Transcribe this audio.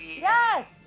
yes